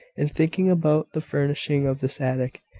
in thinking about the furnishing of this attic.